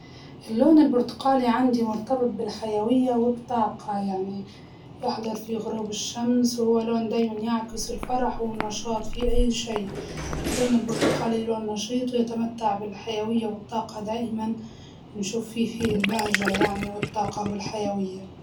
اللون البرتقالي عندي مرتبط بالحيوية والطاقة يعني، يحضر في غروب الشمس وهو لون دايماً يعكس الفرح والنشاط في أي شيء، اللون البرتقالي لون نشيط ويتمتع بالحيوية والطاقة دايماً نشوف فيه فيه البهجة يعني والطاقة والحيوية.